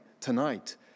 tonight